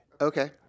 Okay